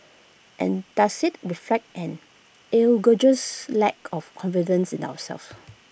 and does IT reflect an egregious lack of confidence in ourselves